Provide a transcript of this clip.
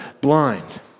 blind